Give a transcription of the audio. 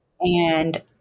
And-